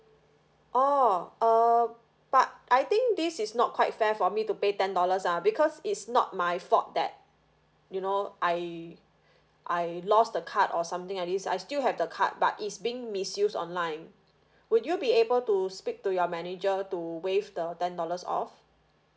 oh err but I think this is not quite fair for me to pay ten dollars ah because it's not my fault that you know I I lost the card or something at least I still have the card but is being misuse online would you be able to speak to your manager to waive the ten dollars off